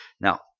Now